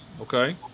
Okay